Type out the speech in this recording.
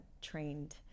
trained